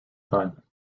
time